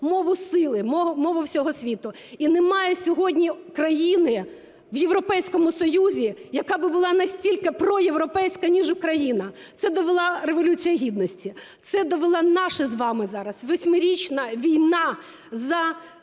мову сили, мову всього світу. І немає сьогодні країни в Європейському Союзі, яка би була настільки проєвропейська ніж Україна. Це довела Революція Гідності, це довела наша з вами зараз восьмирічна війна за